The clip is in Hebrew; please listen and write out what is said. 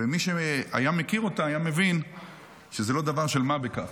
ומי שמכיר אותה היה מבין שזה לא דבר של מה בכך.